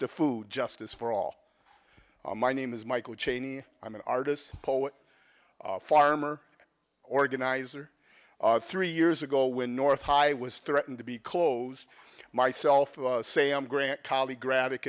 to food justice for all my name is michael chaney i'm an artist poet farmer organizer three years ago when north high was threatened to be closed myself to say i'm grant cali graphic